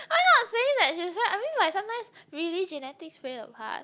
I'm not saying that she's very I mean like sometimes really genetics play a part